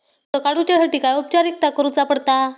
कर्ज काडुच्यासाठी काय औपचारिकता करुचा पडता?